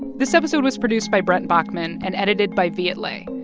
this episode was produced by brent baughman and edited by viet le.